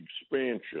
expansion